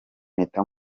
mpita